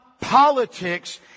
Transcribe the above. politics